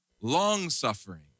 long-suffering